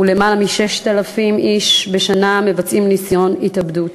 ולמעלה מ-6,000 איש בשנה מבצעים ניסיון התאבדות.